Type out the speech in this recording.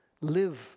live